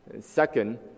Second